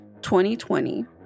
2020